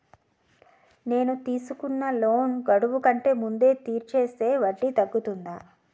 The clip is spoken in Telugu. నేను తీసుకున్న లోన్ గడువు కంటే ముందే తీర్చేస్తే వడ్డీ తగ్గుతుందా?